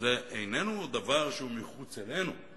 זה לא דבר שהוא מחוץ לנו,